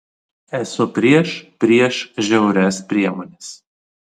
esu prieš prieš žiaurias priemones